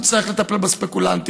הוא צריך לטפל בספקולנטים,